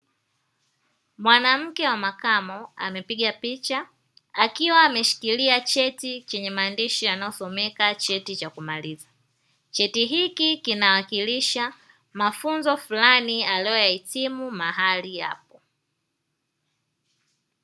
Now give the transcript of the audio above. Mwanamke wa makamo, amepiga picha akiwa ameshikilia cheti chenye maandishi yanayosomeka cheti cha kumaliza. Cheti hiki kinawakilisha mafunzo fulani aliyoyahitimu mahali hapo.